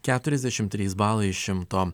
keturiasdešimt trys balai iš šimto